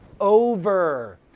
over